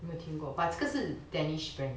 没有听过 but 这个是 danish brand